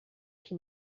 qui